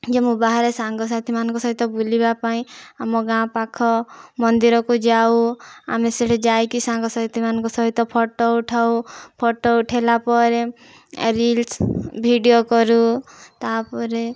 ଯେ ମୁଁ ବାହାରେ ସାଙ୍ଗ ସାଥିମାନଙ୍କ ସହିତ ବୁଲିବା ପାଇଁ ଆମ ଗାଁ ପାଖ ମନ୍ଦିର କୁ ଯାଉ ଆମେ ସେଠି ଯାଇକି ସାଙ୍ଗ ସାଥି ମାନଙ୍କ ସହିତ ଫଟୋ ଉଠାଉ ଫଟୋ ଉଠାଇଲା ପରେ ରିଲ୍ସ ଭିଡିଓ କରୁ ତା'ପରେ